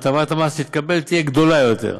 הטבת המס שתתקבל תהיה גדולה יותר.